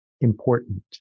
important